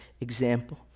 example